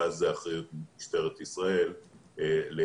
ואז זה באחריות משטרת ישראל לאכוף.